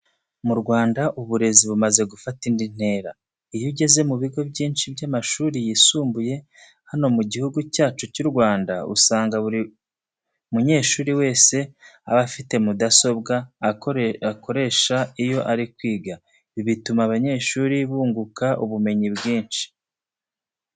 Mu Rwanda uburezi bumaze gufata indi ntera. Iyo ugeze mu bigo byinshi by'amashuri yisumbuye hano mu Gihugu cyacu cy'u Rwanda, usanga buri munyeshuri wese aba afite mudasobwa akoresha iyo ari kwiga. Ibi bituma abanyeshuri bunguka ubumenyi bwinshi.